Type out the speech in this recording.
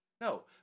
No